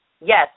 Yes